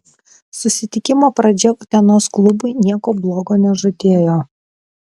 susitikimo pradžia utenos klubui nieko blogo nežadėjo